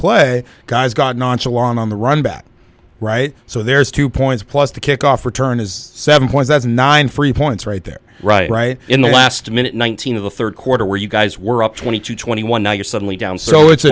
play guys got nonchalant on the run back right so there's two points plus the kickoff return is seven points that's nine free points right there right right in the last minute nineteen of the third quarter where you guys were up twenty two twenty one now you're suddenly down so it's